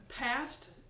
passed